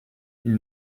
ils